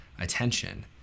attention